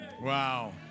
Wow